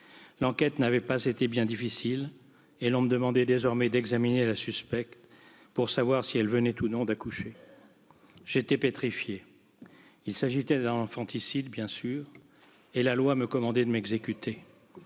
L'enquête n'avait pas été bien difficile et l'on me demandait désormais d'examiner la suspecte pour savoir si elle venait ou non d'accoucher j'étais pétrifié Il s'agissait d'un infanticide, bien sûr et la loi Mee commandait de m'exécuter,